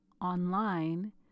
online